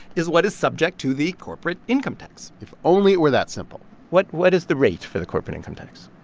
is what is subject to the corporate income tax if only it were that simple what what is the rate for the corporate income tax?